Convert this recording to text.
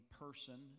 person